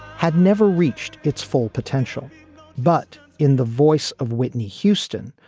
had never reached its full potential but in the voice of whitney houston,